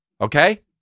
okay